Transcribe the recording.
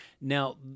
Now